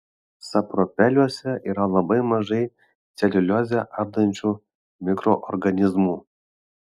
sapropeliuose yra labai mažai celiuliozę ardančių mikroorganizmų